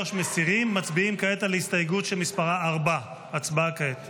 מצביעים כעת על הסתייגות שמספרה 4. הצבעה כעת.